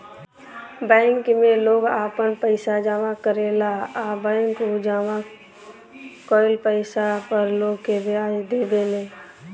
bank में लोग आपन पइसा जामा करेला आ बैंक उ जामा कईल पइसा पर लोग के ब्याज देवे ले